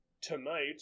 tonight